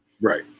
Right